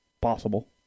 Possible